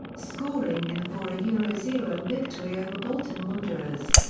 scoring in a four yeah zero zero victory over bolton wanderers.